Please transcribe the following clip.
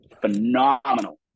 Phenomenal